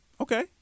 Okay